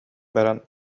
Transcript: баран